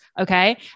okay